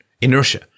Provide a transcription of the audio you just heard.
Inertia